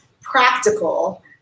practical